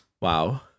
Wow